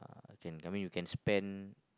can I mean you can spend